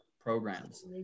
programs